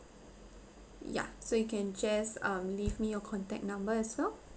ya so you can just um leave me your contact number as well